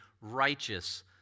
righteous